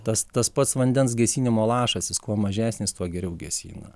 tas tas pats vandens gesinimo lašas jis kuo mažesnis tuo geriau gesina